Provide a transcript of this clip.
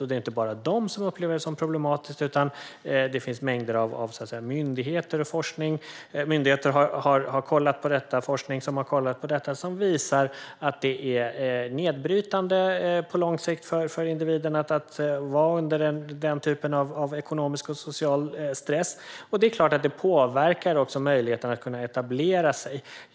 Det är inte bara de som upplever det som problematiskt utan det finns mängder av myndigheter som har kollat på detta och forskning som har gjorts på detta som visar att det är nedbrytande på lång sikt för individen att vara under den typen av ekonomisk och social stress. Det är klart att det också påverkar möjligheten att kunna etablera sig.